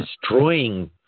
destroying